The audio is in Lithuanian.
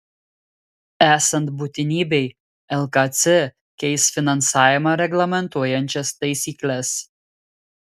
esant būtinybei lkc keis finansavimą reglamentuojančias taisykles